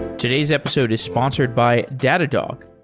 today's episode is sponsored by datadog,